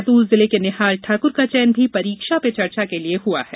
बैतुल जिले के निहाल ठाक्र का चयन भी परीक्षा पे चर्चा के लिए हुआ है